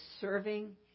serving